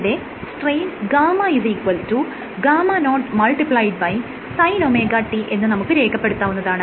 ഇവിടെ strain γγ0sinωt എന്ന് നമുക്ക് രേഖപെടുത്താവുന്നതാണ്